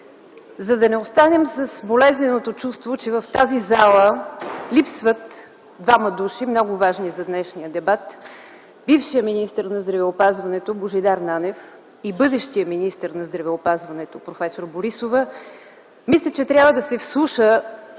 За да не останем с болезненото чувство, че в тази зала липсват двама души, много важни за днешния дебат – бившият министър на здравеопазването Божидар Нанев и бъдещият министър на здравеопазването проф. Борисова, мисля, че мнозинството трябва да се вслуша